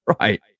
Right